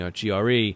GRE